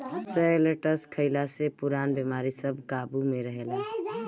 शैलटस खइला से पुरान बेमारी सब काबु में रहेला